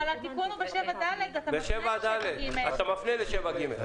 אבל התיקון הוא ב-7(ד), אתה מפנה ל-7(ג).